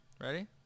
Ready